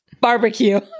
Barbecue